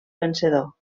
vencedor